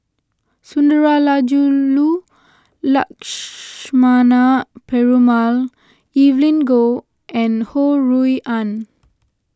Sundarajulu Lakshmana Perumal Evelyn Goh and Ho Rui An